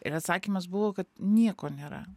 ir atsakymas buvo kad nieko nėra